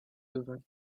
devint